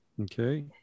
Okay